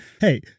Hey